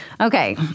Okay